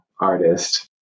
artist